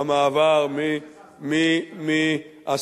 המעבר, זה אנחנו שזזנו, אתם נשארתם.